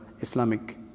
Islamic